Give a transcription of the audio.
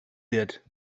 wird